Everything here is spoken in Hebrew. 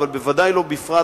אבל בוודאי לא בפרט,